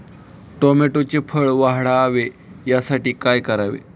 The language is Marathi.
टोमॅटोचे फळ वाढावे यासाठी काय करावे?